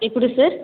ఎప్పుడు సార్